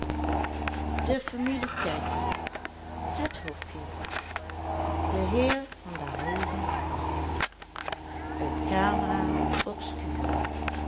de trap opkwam het hofje de heer van der hoogen af het